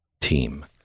team